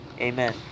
amen